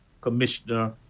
commissioner